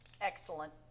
Excellent